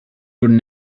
would